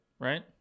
Right